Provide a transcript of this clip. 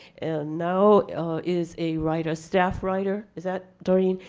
and now is a writer staff writer. is that, doreen?